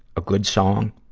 a good song.